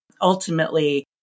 ultimately